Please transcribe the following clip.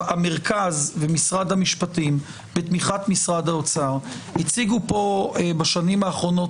המרכז ומשרד המשפטים בתמיכת משרד האוצר הציגו פה בשנים האחרונות